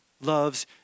loves